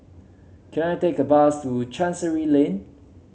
can I take a bus to Chancery Lane